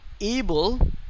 able